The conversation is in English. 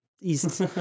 east